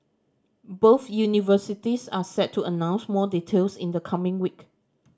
both universities are set to announce more details in the coming week